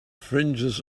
fringes